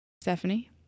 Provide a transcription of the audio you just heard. stephanie